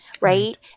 Right